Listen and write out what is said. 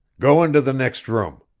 go into the next room,